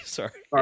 Sorry